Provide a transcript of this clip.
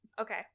Okay